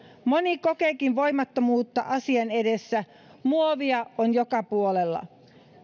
moni kokeekin voimattomuutta asian edessä muovia on joka puolella